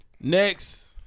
Next